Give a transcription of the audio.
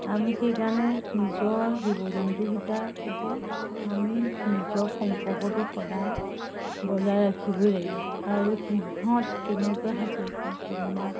আমি সেইকাৰণে নিজৰ জীৱ জন্তুকেইটাৰ প্ৰতি আমি নিজৰ সম্পৰ্কটো সদায় বজাই ৰাখিবই লাগিব আৰু সিহঁত কেনেকুৱা হৈছে বা কোনোবা